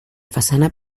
façana